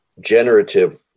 generative